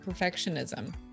perfectionism